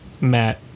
matt